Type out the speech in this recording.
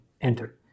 enter